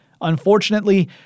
Unfortunately